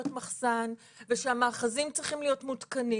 מחסן ושהמאחזים צריכים להיות מותקנים.